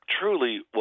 truly